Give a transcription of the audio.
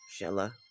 Shella